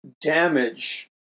damage